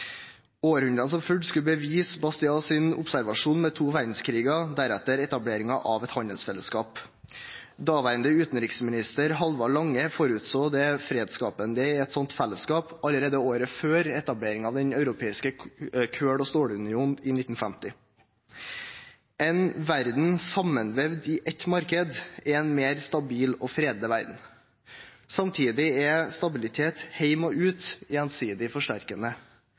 Århundrene som fulgte, skulle bevise Bastiats observasjon med to verdenskriger og deretter etableringer av et handelsfelleskap. Daværende utenriksminister Halvard Lange forutså det fredsskapende i et sånt fellesskap allerede året før etableringen av Den europeisk kull- og stålunionen i 1950. En verden sammenvevd i ett marked er en mer stabil og fredelig verden. Samtidig er stabilitet hjemme og ute gjensidig forsterkende.